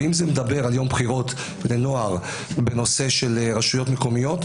ואם זה מדבר על יום בחירות לנוער בנושא של רשויות מקומיות,